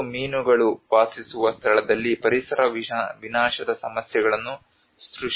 ಮತ್ತು ಮೀನುಗಳು ವಾಸಿಸುವ ಸ್ಥಳದಲ್ಲಿ ಪರಿಸರ ವಿನಾಶದ ಸಮಸ್ಯೆಗಳನ್ನು ಸೃಷ್ಟಿಸಿವೆ